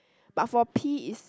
but for pee is